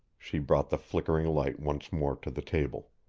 she brought the flickering light once more to the table.